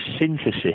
synthesis